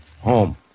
Home